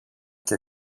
και